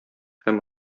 һәм